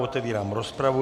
Otevírám rozpravu.